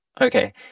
okay